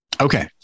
Okay